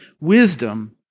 wisdom